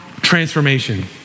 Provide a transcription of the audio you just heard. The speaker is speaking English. transformation